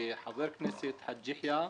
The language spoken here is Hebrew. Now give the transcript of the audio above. שחבר הכנסת חאג' יחיא,